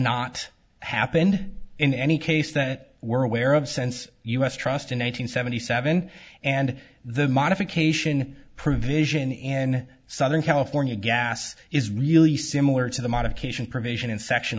not happened in any case that we're aware of sense us trust in one nine hundred seventy seven and the modification provision in southern california gas is really similar to the modification provision in section